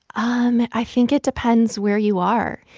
um i think it depends where you are.